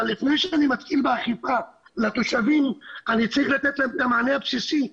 אבל לפני שאני מתחיל באכיפה לתושבים אני צריך לתת להם את המענה הבסיסי,